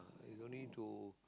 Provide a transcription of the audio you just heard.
it's only to